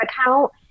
account